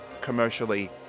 commercially